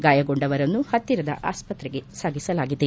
ಗಾಯಗೊಂಡವರನ್ನು ಪತ್ತಿರದ ಆಸ್ಪತ್ರೆಗೆ ಸಾಗಿಸಲಾಗಿದೆ